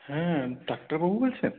হ্যাঁ ডাক্তারবাবু বলছেন